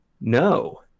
No